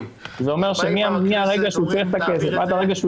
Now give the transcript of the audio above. זה אומר שמהרגע שהוא צריך את הכסף עד הרגע שהוא